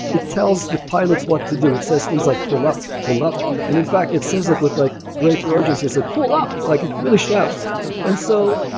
it tells the pilots what to do. it says things like, pull up. pull up. and in fact, it says it with like greater urgency. so, ah pull up, like it really shouts and so